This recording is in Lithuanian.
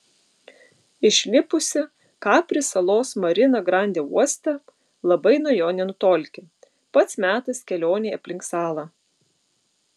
išlipusi kapri salos marina grande uoste labai nuo jo nenutolki pats metas kelionei aplink salą